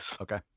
Okay